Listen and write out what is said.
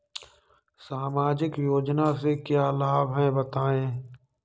सामाजिक योजना से क्या क्या लाभ हैं बताएँ?